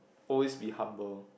always be humble